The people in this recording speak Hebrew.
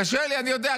קשה לי, אני יודע.